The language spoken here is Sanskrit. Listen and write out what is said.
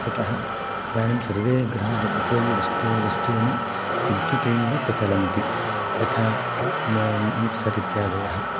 यतः इदानीं सर्वे गृह उपयोगिवस्तू वस्तूनि विद्युतैव प्रचलन्ति यथा न मिक्सर् इत्यादयः